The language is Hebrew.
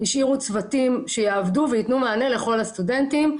השאירו צוותים שיעבדו וייתנו מענה לכל הסטודנטים.